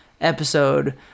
episode